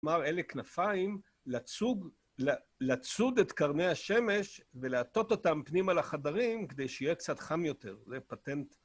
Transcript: כלומר, אלה כנפיים לצוד את קרני השמש ולעטות אותם פנימה לחדרים כדי שיהיה קצת חם יותר, זה פטנט.